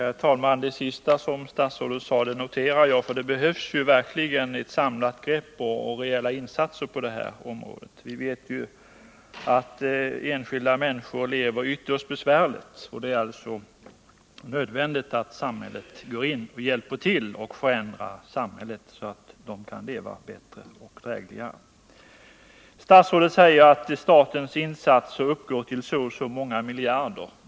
Herr talman! Det sista som statsrådet sade noterar jag. Det behövs verkligen ett samlat grepp och reella insatser på det här området. Vi vet ju att många människor lever ytterst besvärligt, och det är alltså nödvändigt att samhället går in och förändrar förhållandena. Statsrådet säger att kostnaderna för statens insatser uppgår till så och så många miljarder.